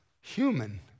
human